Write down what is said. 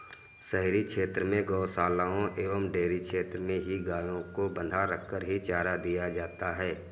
शहरी क्षेत्र में गोशालाओं एवं डेयरी क्षेत्र में ही गायों को बँधा रखकर ही चारा दिया जाता है